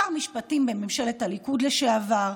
שר המשפטים בממשלת הליכוד לשעבר,